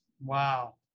Wow